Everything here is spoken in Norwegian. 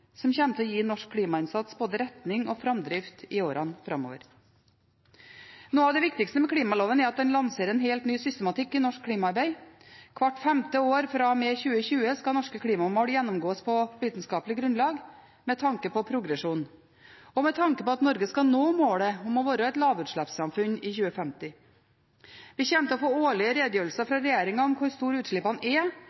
framdrift i årene framover. Noe av det viktigste med klimaloven er at den lanserer en helt ny systematikk i norsk klimaarbeid. Hvert femte år fra og med 2020 skal norske klimamål gjennomgås på vitenskapelig grunnlag, med tanke på progresjon og med tanke på at Norge skal nå målet om å være et lavutslippssamfunn i 2050. Vi kommer til å få årlige redegjørelser